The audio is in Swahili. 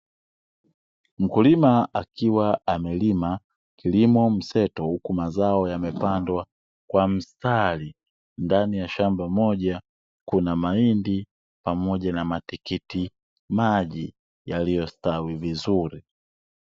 Mkulima akiwa amelima kilimo mseto, huku mazao yamepandwa kwa mstari ndani ya shamba moja, kuna mahindi pamoja na matikiti maji yaliy stawi vizuri.